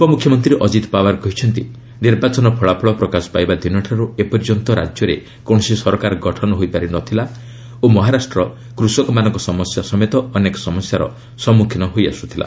ଉପମୁଖ୍ୟମନ୍ତ୍ରୀ ଅକିତ ପାୱାର କହିଛନ୍ତି ନିର୍ବାଚନ ଫଳାଫଳ ପ୍ରକାଶ ପାଇବା ଦିନଠାରୁ ଏପର୍ଯ୍ୟନ୍ତ ରାଜ୍ୟରେ କୌଣସି ସରକାର ଗଠନ ହୋଇ ପାରି ନଥିଲା ଓ ମହାରାଷ୍ଟ୍ର କୃଷକମାନଙ୍କ ସମସ୍ୟା ସମେତ ଅନେକ ସମସ୍ୟାର ସମ୍ମୁଖୀନ ହୋଇଆସୁଥିଲା